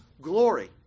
glory